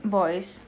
boys